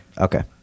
Okay